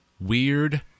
Weird